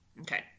Okay